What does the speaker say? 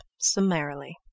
summarily